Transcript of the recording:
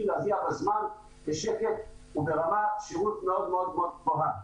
להגיע בזמן ובשקט וברמת שירות מאוד מאוד טובה.